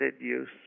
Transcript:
use